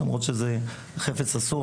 למרות שזה חפץ אסור,